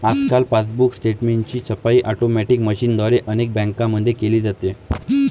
आजकाल पासबुक स्टेटमेंटची छपाई ऑटोमॅटिक मशीनद्वारे अनेक बँकांमध्ये केली जाते